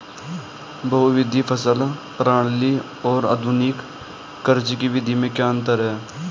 बहुविध फसल प्रणाली और आधुनिक कृषि की विधि में क्या अंतर है?